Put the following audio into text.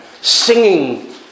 Singing